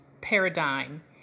paradigm